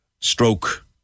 Stroke